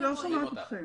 בבקשה.